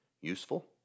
useful